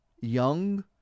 young